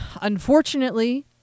Unfortunately